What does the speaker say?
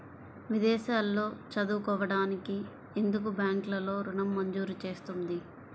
విదేశాల్లో చదువుకోవడానికి ఎందుకు బ్యాంక్లలో ఋణం మంజూరు చేస్తుంది?